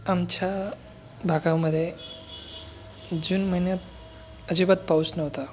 आमच्या भागामध्ये जून महिन्यात अजिबात पाऊस नव्हता